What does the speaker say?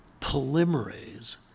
polymerase